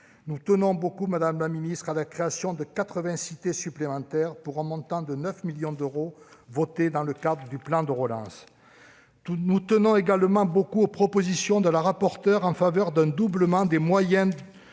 Nous tenons beaucoup, madame la ministre, à la création de 80 cités de l'emploi supplémentaires, pour un montant de 9 millions d'euros voté dans le cadre du plan de relance. Nous tenons également beaucoup aux propositions de la rapporteure pour avis Viviane Artigalas en faveur d'un doublement des moyens